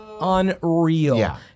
unreal